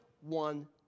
One